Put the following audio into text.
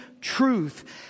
truth